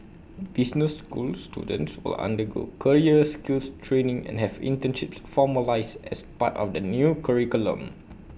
business school students will undergo career skills training and have internships formalised as part of the new curriculum